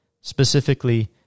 Specifically